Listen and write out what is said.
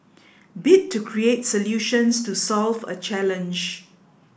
bit to create solutions to solve a challenge